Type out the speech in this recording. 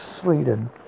Sweden